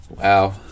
Wow